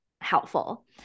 helpful